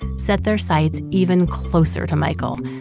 set their sights even closer to michael.